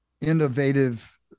innovative